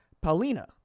Paulina